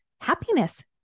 happiness